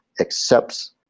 accepts